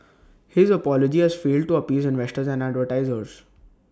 his apology has failed to appease investors and advertisers